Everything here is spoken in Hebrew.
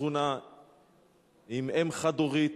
בשכונה עם אם חד-הורית